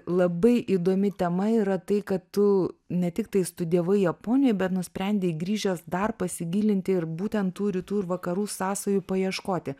labai įdomi tema yra tai kad tu ne tiktai studijavai japonijoj bet nusprendei grįžęs dar pasigilinti ir būtent tų rytų ir vakarų sąsajų paieškoti